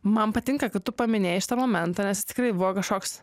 man patinka kad tu paminėjai šitą momentą nes jis tikrai buvo kažkoks